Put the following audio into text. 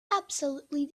absolutely